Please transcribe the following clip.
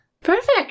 perfect